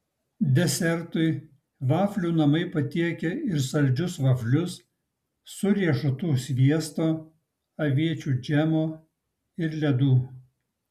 desertui vaflių namai patiekia ir saldžius vaflius su riešutų sviesto aviečių džemo ir ledų